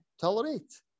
tolerate